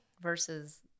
versus